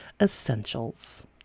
Essentials